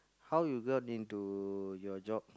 how you got into your job